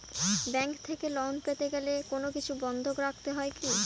Bank থেকে loan পেতে গেলে কোনো কিছু বন্ধক রাখতে হয় কি?